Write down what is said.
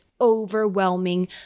overwhelming